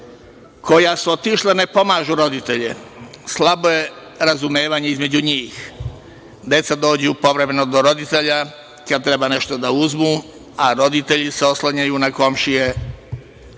koja su otišla ne pomažu roditelje. Slabo je razumevanje između njih. Deca dođu povremeno do roditelja kada treba nešto da uzmu, a roditelji se oslanjaju na